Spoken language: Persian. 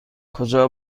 کجا